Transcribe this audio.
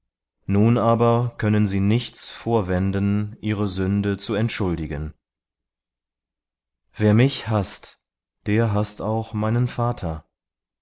nun aber können sie nichts vorwenden ihre sünde zu entschuldigen wer mich haßt der haßt auch meinen vater